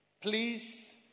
please